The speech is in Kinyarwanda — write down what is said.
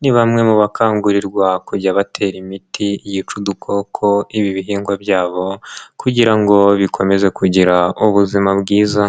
ni bamwe mu bakangurirwa kujya batera imiti yica udukoko ibi bihingwa byabo kugira ngo bikomeze kugira ubuzima bwiza.